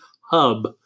hub